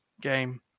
game